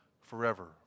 forever